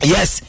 Yes